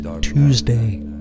Tuesday